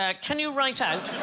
ah can you write out